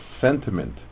sentiment